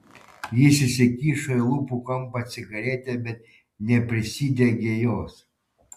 jis įsikišo į lūpų kampą cigaretę bet neprisidegė jos